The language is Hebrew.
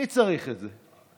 מי צריך את זה?